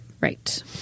Right